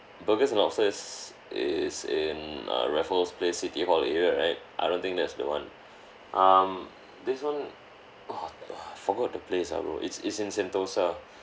burgers and lobsters is in uh raffles place city hall area right I don't think that's the one um this one oh oh forgot the place ah bro it's it's in sentosa